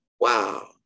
Wow